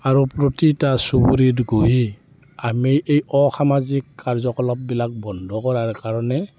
আৰু প্ৰতিটো চুবুৰীত গৈ আমি এই অসামাজিক কাৰ্যকলাপবিলাক বন্ধ কৰাৰ কাৰণে